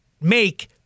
make